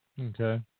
Okay